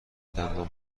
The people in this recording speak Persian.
دندان